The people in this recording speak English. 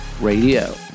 Radio